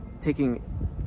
Taking